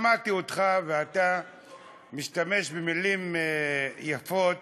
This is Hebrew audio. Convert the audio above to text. שמע, אני שמעתי אותך ואתה משתמש במילים יפות